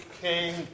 king